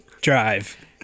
drive